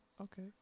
Okay